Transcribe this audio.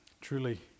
Truly